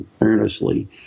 earnestly